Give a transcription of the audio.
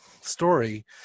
story